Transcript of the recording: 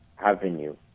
avenue